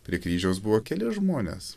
prie kryžiaus buvo keli žmonės